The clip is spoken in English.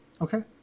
okay